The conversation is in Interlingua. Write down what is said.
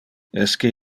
esque